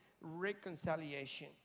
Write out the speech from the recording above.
reconciliation